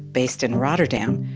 based in rotterdam,